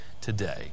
today